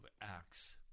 Acts